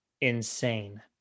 insane